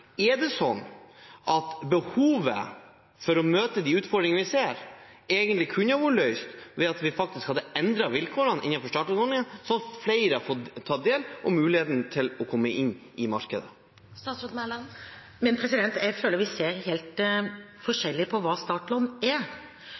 Er det sånn at behovet for å møte de utfordringene vi ser, egentlig kunne ha vært løst ved at vi hadde endret vilkårene innenfor startlånsordningen slik at flere hadde fått tatt del i det og fått mulighet til å komme inn i markedet? Jeg føler at vi ser helt